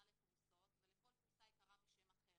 לפרוסות ולכל פרוסה היא קראה בשם אחר